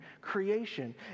creation